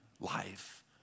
life